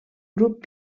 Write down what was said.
grup